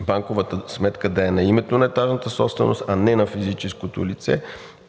банковата сметка да е на името на дадената собственост, а не на физическото лице